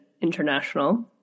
International